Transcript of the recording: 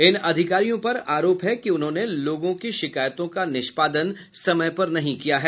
इन अधिकारियों पर आरोप है कि उन्होंने लोगों की शिकायतों का निष्पादन समय पर नहीं किया है